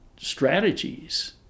strategies